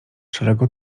szarego